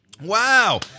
Wow